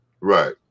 right